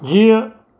जीउ